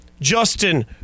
Justin